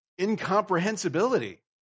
incomprehensibility